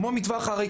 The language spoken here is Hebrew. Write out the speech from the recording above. כמו מטווח הרי,